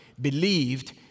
believed